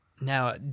Now